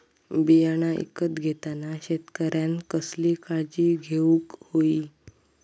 बियाणा ईकत घेताना शेतकऱ्यानं कसली काळजी घेऊक होई?